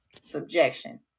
subjection